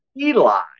Eli